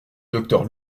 docteur